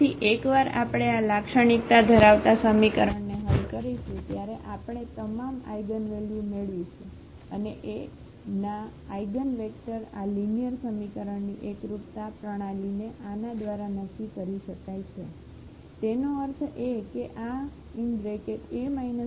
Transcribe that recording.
તેથી એકવાર આપણે આ લાક્ષણિકતા ધરાવતા સમીકરણ ને હલ કરીશું ત્યારે આપણે તમામ આઇગનવેલ્યુ મેળવીશું અને એ ના આઇગનવેક્ટર આ લિનિયર સમીકરણની એકરૂપતા પ્રણાલીને આના દ્વારા નક્કી કરી શકાય છે તેનો અર્થ એ કે આA λIx0